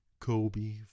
Kobe